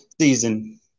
season